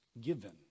given